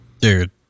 dude